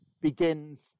begins